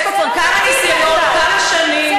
יש פה כמה ניסיונות כמה שנים,